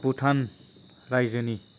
भुटान रायजोनि